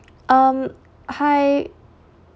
um hi